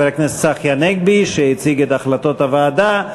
הכנסת צחי הנגבי שהציג את החלטות הוועדה.